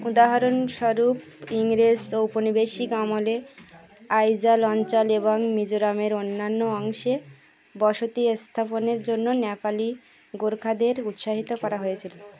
উদাহরণস্বরূপ ইংরেজ ঔপনিবেশিক আমলে আইজল অঞ্চল এবং মিজোরামের অন্যান্য অংশে বসতি স্থাপনের জন্য নেপালি গোর্খাদের উৎসাহিত করা হয়েছিল